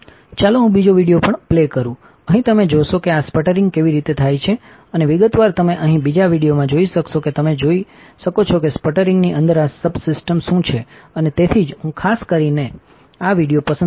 ચાલો હું બીજો વિડિઓ પણ પ્લે કરું અહીં તમે જોશો કે આ સ્પટરિંગ કેવી રીતે થાય છે અને વિગતવાર અહીં તમે બીજા વિડિઓમાં જોઈ શકશો કે તમે જોઈ શકશો કે સ્પટરિંગની અંદર આ સબસિસ્ટમ્સ શું છે અને તેથી જ હું ખાસ કરીને છેઆ વિડિઓ પસંદ કરી નથી